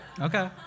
Okay